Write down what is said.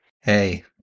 Hey